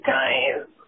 Guys